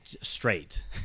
Straight